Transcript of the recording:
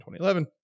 2011